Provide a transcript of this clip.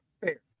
Fair